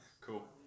Cool